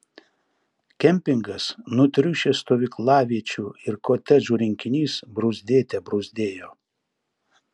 kempingas nutriušęs stovyklaviečių ir kotedžų rinkinys bruzdėte bruzdėjo